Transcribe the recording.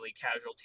casualty